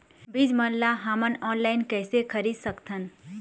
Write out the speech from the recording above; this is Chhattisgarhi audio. बीज मन ला हमन ऑनलाइन कइसे खरीद सकथन?